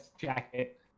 jacket